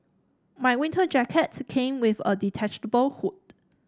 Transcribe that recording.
my winter jacket came with a detachable hood